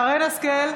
שרן מרים השכל,